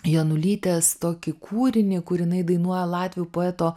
janulytės tokį kūrinį kur jinai dainuoja latvių poeto